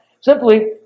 simply